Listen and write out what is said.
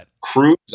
cruise